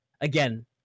again